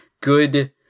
good